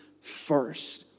first